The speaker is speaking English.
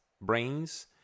brains